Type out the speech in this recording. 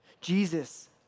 Jesus